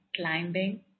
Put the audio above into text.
climbing